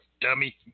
dummy